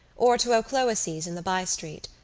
or to o'clohissey's in the by-street.